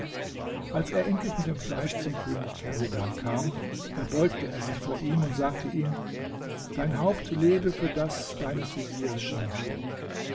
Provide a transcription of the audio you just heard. als er endlich mit dem fleisch zum könig kersedan kam verbeugte er sich vor ihm und sagte ihm dein haupt lebe für das deines veziers